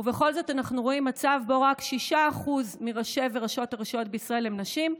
ובכל זאת אנחנו רואים מצב שרק 6% מראשי וראשות הרשויות בישראל הם נשים.